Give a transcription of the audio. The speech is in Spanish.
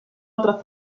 otra